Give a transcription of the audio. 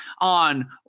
on